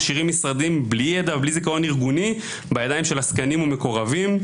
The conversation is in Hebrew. ומשאירים משרדים בלי ידע ובלי זיכרון ארגוני בידיים של עסקנים ומקורבים.